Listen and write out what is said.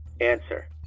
Answer